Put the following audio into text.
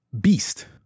Beast